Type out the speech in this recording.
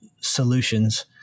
solutions